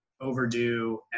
overdue